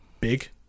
big